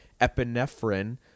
epinephrine